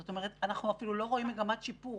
זאת אומרת, אנחנו אפילו לא רואים מגמת שיפור.